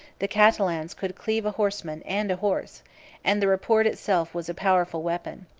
the catalans could cleave a horseman and a horse and the report itself was a powerful weapon.